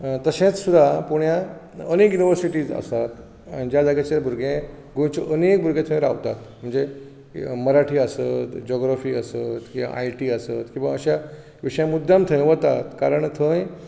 तशेंच सुद्दां पुण्याक आनी युनिवर्सिटीज आसात ज्या जाग्याचेर भुरगे थंय रावतात म्हणजे मराठी आसत ज्योग्रफी आसत आय टी आसत किंवां अश्या विशयांत मुद्दम थंय वतात कारण थंय